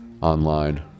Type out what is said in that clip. Online